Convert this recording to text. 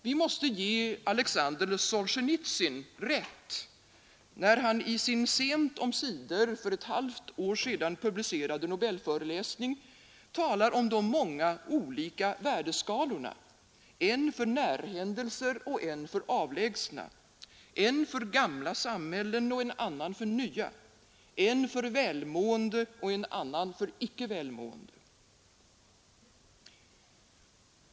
Vi måste ge Alexander Solzjenitsyn rätt när han i sin sent omsider för ett halvt år sedan publicerade Nobelföreläsning talar om de många olika värdeskalorna: en för närhändelser och en för avlägsna, en för gamla samhällen och en annan för nya, en för välmående och en annan för icke välmående.